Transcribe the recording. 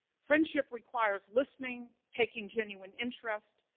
friendship requires listening, taking genuine interest,